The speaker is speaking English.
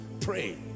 Pray